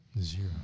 Zero